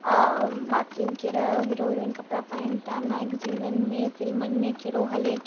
बाक़ी कहिड़ा hero heroine कपिड़ा पाइनि था मेग्ज़िननि में फिल्मनि में कहिड़ो हले थो